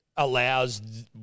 allows